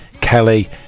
Kelly